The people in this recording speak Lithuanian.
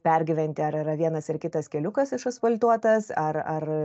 pergyventi ar yra vienas ar kitas keliukas išasfaltuotas ar ar